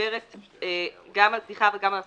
מדברת גם על קדיחה וגם על הפקה,